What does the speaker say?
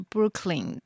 Brooklyn